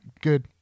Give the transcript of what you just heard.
good